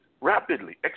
rapidly